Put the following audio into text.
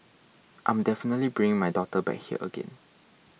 I'm definitely bringing my daughter back here again